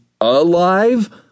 alive